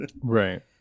right